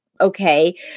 okay